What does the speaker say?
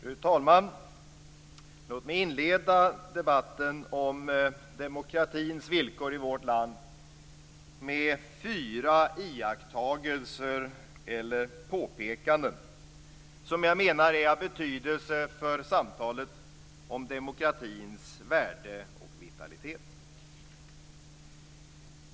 Fru talman! Låt mig inleda debatten om demokratins villkor i vårt land med fyra iakttagelser eller påpekanden som jag menar är av betydelse för samtalet om demokratins värde och vitalitet.